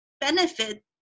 benefit